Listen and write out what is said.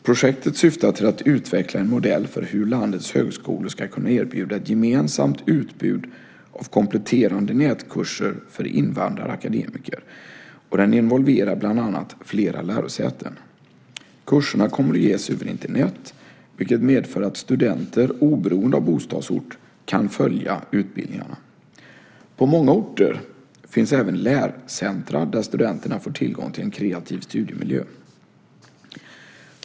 Projektet syftar till att utveckla en modell för hur landets högskolor ska kunna erbjuda ett gemensamt utbud av kompletterande nätkurser för invandrade akademiker. Den involverar bland annat flera lärosäten. Kurserna kommer att ges över Internet vilket medför att studenter oberoende av bostadsort kan följa utbildningarna. På många orter finns även lärcentrum där studenterna får tillgång till en kreativ studiemiljö.